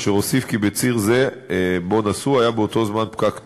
אשר הוסיף כי בציר שבו נסעו היה באותו זמן פקק תנועה.